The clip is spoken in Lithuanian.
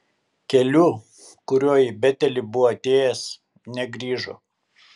keliu kuriuo į betelį buvo atėjęs negrįžo